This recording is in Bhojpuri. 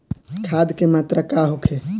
खाध के मात्रा का होखे?